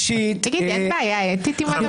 אין בעיה אתית עם הדבר הזה?